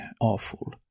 awful